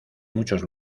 muchos